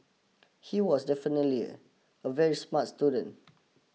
he was definitely a very smart student